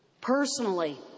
personally